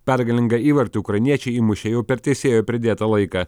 pergalingą įvartį ukrainiečiai įmušė jau per teisėjo pridėtą laiką